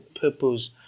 purpose